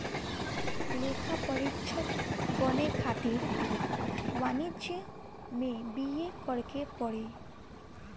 लेखापरीक्षक बने खातिर तोहके वाणिज्यि में बी.ए करेके पड़ी